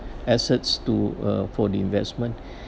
assets to uh for the investment